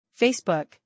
Facebook